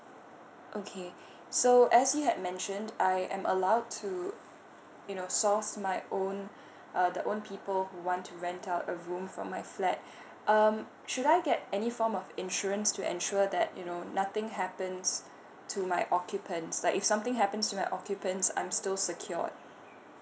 okay so as you had mentioned I am allowed to you know source my own uh the own people who want to rent out a room from my flat um should I get any form of insurance to ensure that you know nothing happens to my occupants like if something happens to my occupants I'm still secured